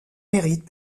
mérites